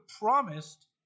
promised